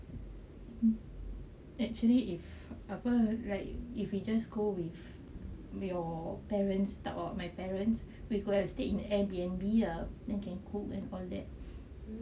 actually if apa right if you just go with your parents type or my parents we could have stayed in Airbnb ah then can cook and all that